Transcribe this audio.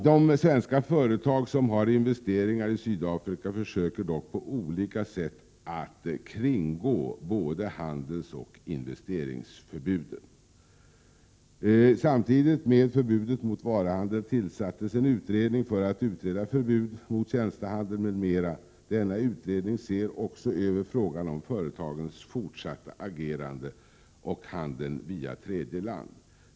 De svenska företag som har investeringar i Sydafrika försöker dock att på olika sätt kringgå både handelsoch investeringsförbuden. Samtidigt med förbudet mot varuhandel tillsattes en utredning för att utreda frågan om ett förbud mot tjänstehandel m.m. Denna utredning ser också över frågan om företagens fortsatta agerande och handeln via tredje land.